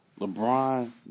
LeBron